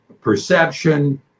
perception